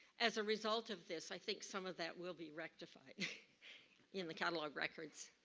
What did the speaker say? as a result of this, i think some of that will be rectified in the catalog records.